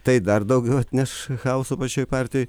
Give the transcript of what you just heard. tai dar daugiau atneš chaoso pačioj partijoj